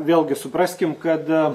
vėlgi supraskim kad